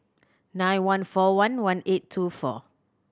nine one four one one eight two four